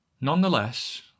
Nonetheless